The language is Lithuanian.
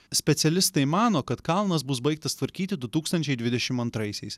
specialistai mano kad kalnas bus baigtas tvarkyti du tūkstančiai dvidešimt antraisiais